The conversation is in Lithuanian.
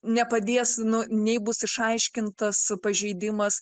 nepadės nu nei bus išaiškintas pažeidimas